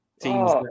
teams